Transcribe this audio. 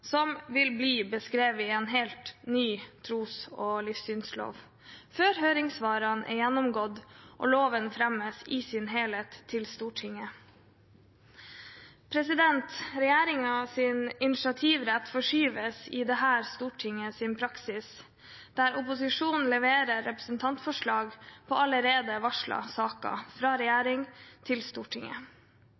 som vil bli beskrevet i en helt ny tros- og livssynslov, før høringssvarene er gjennomgått og loven fremmet i sin helhet til Stortinget. Regjeringens initiativrett forskyves i dette stortingets praksis, der opposisjonen leverer representantforslag om allerede varslede saker fra regjeringen til Stortinget.